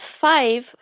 five